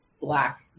black